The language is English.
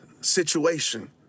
situation